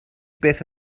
beth